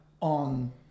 on